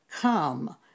Come